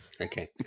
Okay